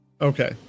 Okay